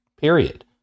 Period